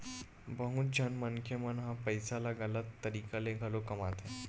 बहुत झन मनखे मन ह पइसा ल गलत तरीका ले घलो कमाथे